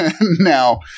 Now